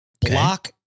Block